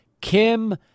Kim